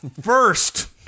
first